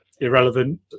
irrelevant